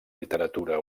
literatura